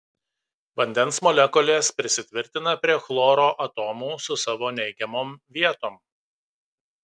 vandens molekulės prisitvirtina prie chloro atomų su savo neigiamom vietom